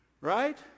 right